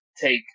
take